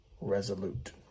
resolute